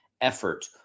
effort